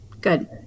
good